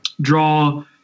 draw